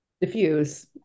diffuse